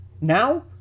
Now